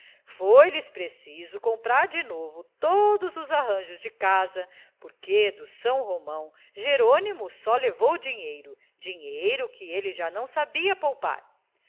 foi lhes preciso comprar de novo todos os arranjos de casa porque do são romão jerônimo só levou dinheiro dinheiro que ele já não sabia poupar